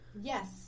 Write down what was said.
Yes